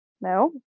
No